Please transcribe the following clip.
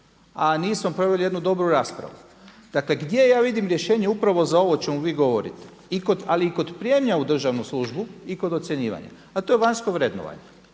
a nismo proveli jednu dobru raspravu. Dakle gdje ja vidim rješenje upravo za ovo o čemu vi govorite ali i kod prijema u državnu službu i kod ocjenjivanja a to je vanjsko vrednovanje.